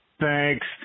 Thanks